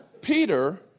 Peter